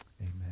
amen